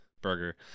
Burger